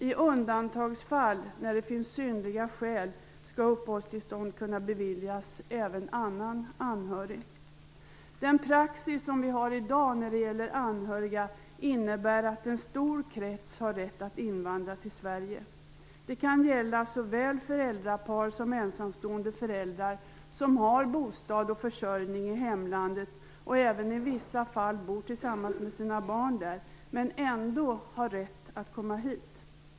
I undantagsfall, när det finns synnerliga skäl, skall uppehållstillstånd kunna beviljas även annan anhörig. Den praxis som vi har i dag när det gäller anhöriga innebär att en stor krets har rätt att invandra till Sverige. Det kan gälla såväl föräldrapar som ensamstående föräldrar som har bostad och försörjning i hemlandet och även i vissa fall bor tillsammans med sina barn där och men ändå har rätt att komma hit.